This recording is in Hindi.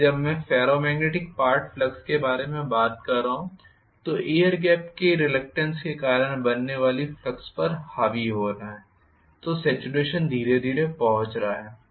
इसलिए जब मैं फेरोमैग्नेटिक पार्ट फ्लक्स के बारे में बात कर रहा हूं जो एयर गेप की रिलक्टेन्स के कारण बनने वाले फ्लक्स पर हावी हो रहा है तो सॅचुरेशन धीरे धीरे पहुँच रहा रहा है